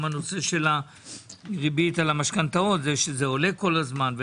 גם הנושא של הריבית על המשכנתאות זה שזה עולה כל הזמן.